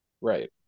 Right